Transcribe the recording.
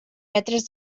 metres